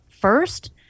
First